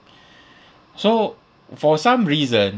so for some reason